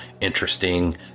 interesting